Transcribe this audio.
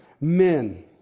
men